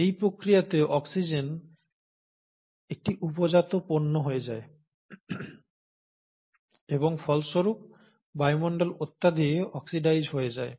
এই প্রক্রিয়াতে অক্সিজেন একটি উপজাত পণ্য হয়ে যায় এবং ফলস্বরূপ বায়ুমণ্ডল অত্যধিক অক্সিডাইজড হয়ে যায়